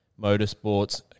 motorsports